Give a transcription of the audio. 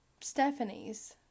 Stephanies